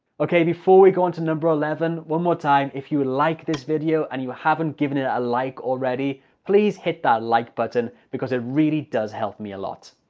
okay before we go on to number eleven one more time if you like this video and you haven't given it a like already please hit that like button because it really does help me a lot!